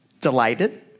delighted